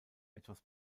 etwas